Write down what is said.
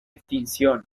extinción